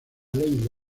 ley